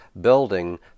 building